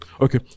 Okay